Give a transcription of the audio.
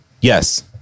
Yes